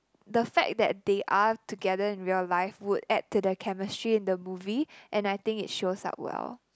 the fact that they are together in real life would add to their chemistry in the movie and I think it shows up well